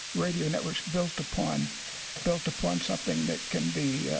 radio networks built upon built upon something that can be